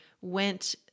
went